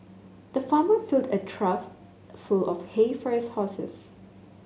the farmer filled a trough full of hay for his horses